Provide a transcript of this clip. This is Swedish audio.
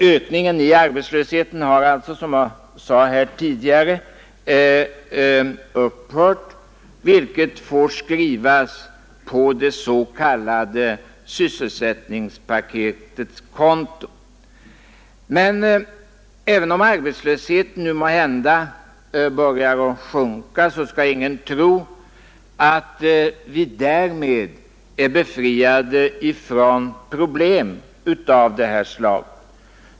Ökningen i arbetslösheten har alltså, som jag sade tidigare, upphört, vilket får skrivas på det s.k. sysselsättningspaketets konto. Men även om arbetslösheten nu måhända börjar sjunka, skall ingen tro att vi därmed är befriade från problem av det här slaget.